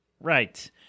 Right